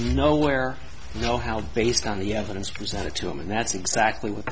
is nowhere no how based on the evidence presented to him and that's exactly what